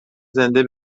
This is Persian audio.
زنده